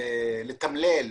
לתמלל,